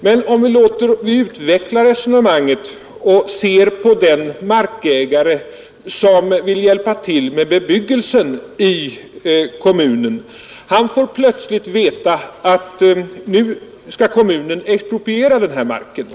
Men om vi utvecklar resonemanget och ser på den markägare som vill hjälpa till med bebyggelsen i kommunen, finner vi att han plötsligt får veta att nu skall kommunen expropriera marken.